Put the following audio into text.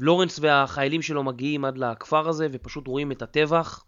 לורנס והחיילים שלו מגיעים עד לכפר הזה ופשוט רואים את הטבח